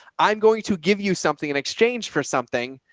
i'm going to give you something in exchange for something.